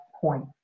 point